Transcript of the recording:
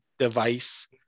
Device